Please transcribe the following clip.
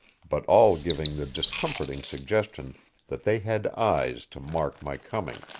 but all giving the discomforting suggestion that they had eyes to mark my coming.